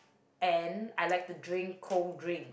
and I like to drink cold drink